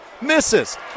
misses